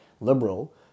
liberal